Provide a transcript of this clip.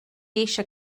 eisiau